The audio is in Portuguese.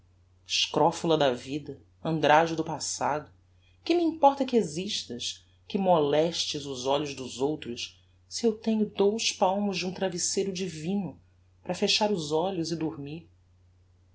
borba escrofula da vida andrajo do passado que me importa que existas que molestes os olhos dos outros se eu tenho dous palmos de um travesseiro divino para fechar os olhos e dormir